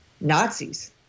Nazis